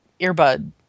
earbud